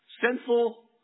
Sinful